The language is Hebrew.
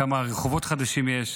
כמה רחובות חדשים יש,